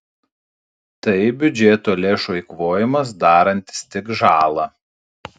tai biudžeto lėšų eikvojimas darantis tik žalą